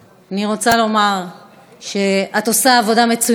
אני רוצה לומר שאת עושה עבודה מצוינת